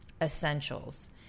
essentials